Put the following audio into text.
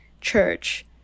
church